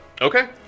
Okay